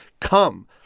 Come